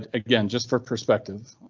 ah again, just for perspective,